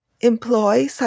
employ